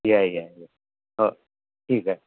या या या हो ठीक आहे